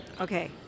Okay